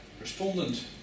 respondent